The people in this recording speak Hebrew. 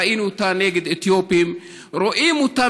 ראינו אותה נגד אתיופים ורואים אותה